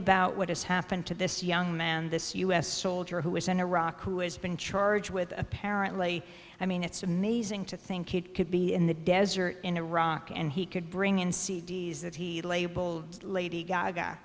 about what has happened to this young man this u s soldier who is in iraq who has been charged with apparently i mean it's amazing to think it could be in the desert in iraq and he could bring in c d s that he labeled lady g